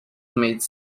made